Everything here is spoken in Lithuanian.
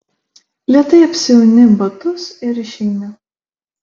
lėtai apsiauni batus ir išeini